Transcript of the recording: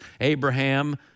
Abraham